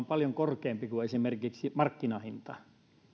paljon korkeampi kuin esimerkiksi markkinahinta